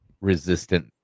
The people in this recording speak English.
resistant